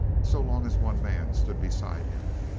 so long as one man stood beside him,